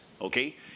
Okay